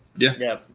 yeah. yeah.